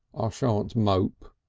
ah shan't mope,